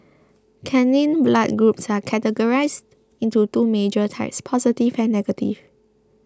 canine blood groups are categorised into two major types positive and negative